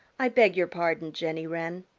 i beg your pardon, jenny wren,